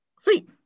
Sweet